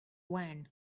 when